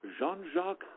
Jean-Jacques